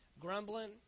Grumbling